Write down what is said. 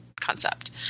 concept